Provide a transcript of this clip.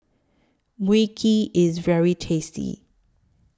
Mui Kee IS very tasty